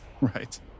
Right